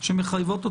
אנחנו מרגישים שכרגע,